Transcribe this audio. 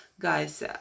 guys